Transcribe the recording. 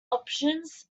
options